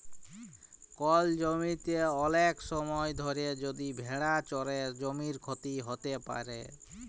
call জমিতে ওলেক সময় ধরে যদি ভেড়া চরে জমির ক্ষতি হ্যত প্যারে